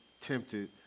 tempted